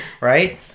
Right